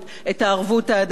את הערבות ההדדית,